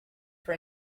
for